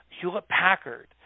Hewlett-Packard